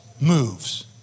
moves